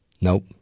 Nope